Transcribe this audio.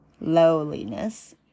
lowliness